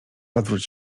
odwróć